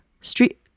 street